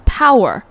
power